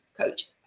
coach